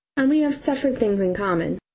and we have suffered things in common.